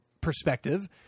perspective